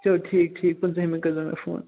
چلو ٹھیٖک ٹھیٖک پٕنٛژٕہمہِ کٔرۍزٚو مےٚ فون